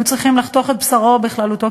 והיו צריכים לחתוך את בשרו בכללותו,